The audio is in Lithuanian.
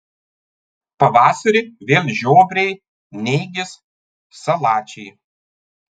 pavasarį vėl žiobriai nėgės salačiai